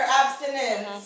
abstinence